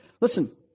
Listen